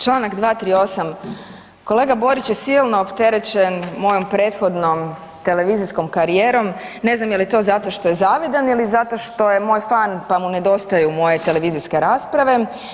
Čl. 238., kolega Borić je silno opterećen mojom prethodnom televizijskom karijerom, ne znam jel je to zato što je zavidan ili zato što je moj fan pa mu nedostaje moje televizijske rasprave.